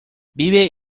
vive